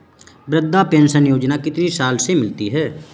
वृद्धा पेंशन योजना कितनी साल से मिलती है?